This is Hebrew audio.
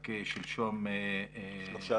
רק שלשום --- 18